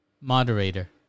moderator